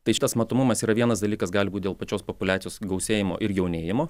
tai šitas matomumas yra vienas dalykas gali būti dėl pačios populiacijos gausėjimo ir jaunėjimo